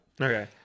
Okay